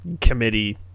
committee